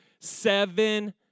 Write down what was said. Seven